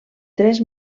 tres